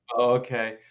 Okay